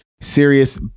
serious